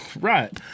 Right